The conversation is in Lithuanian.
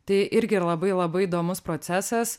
tai irgi yra labai labai įdomus procesas